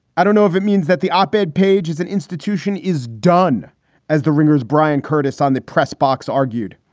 i don't know if it means that the op ed page as an institution is done as the wringers bryan curtis on the press box argued.